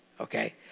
Okay